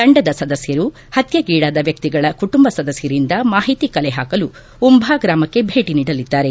ತಂಡದ ಸದಸ್ಟರು ಹತ್ತೆಗೀಡಾದ ವ್ಯಕ್ತಿಗಳ ಕುಟುಂಬ ಸದಸ್ಟರಿಂದ ಮಾಹಿತಿ ಕಲೆ ಹಾಕಲು ಉಂಭಾ ಗ್ರಾಮಕ್ಕೆ ಭೇಟಿ ನೀಡಲಿದ್ದಾರೆ